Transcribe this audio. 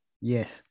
Yes